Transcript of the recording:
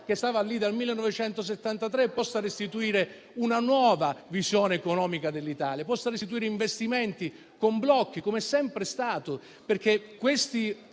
che stava lì dal 1973, possa restituire una nuova visione economica dell'Italia, possa restituire investimenti con blocchi, come sempre è stato.